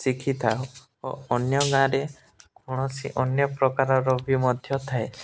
ଶିଖିଥାଉ ଓ ଅନ୍ୟ ଗାଁରେ କୌଣସି ଅନ୍ୟ ପ୍ରକାରର ବି ମଧ୍ୟ ଥାଏ